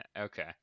Okay